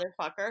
motherfucker